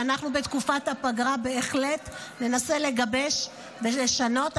ואנחנו בתקופת הפגרה בהחלט ננסה לגבש ולשנות.